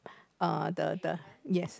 uh the the yes